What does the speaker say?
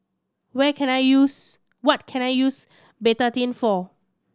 where can I use what can I use Betadine for